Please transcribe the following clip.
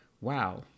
wow